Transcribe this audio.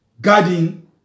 guarding